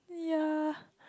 yea